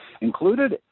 Included